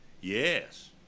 Yes